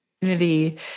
community